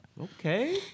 Okay